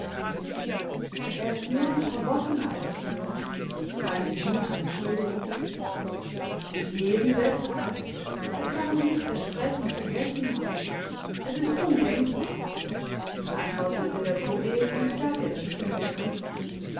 er ist nur ein paar wochen alt signor meinte die mutter entschuldigend eben deshalb er kann noch nicht das sprechen vergessen haben es ist undenkbar antwortete der poet und gab ihr das kind zurück